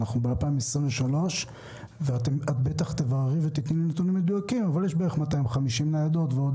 אנחנו ב-2023 ויש בערך 250 ניידות ועוד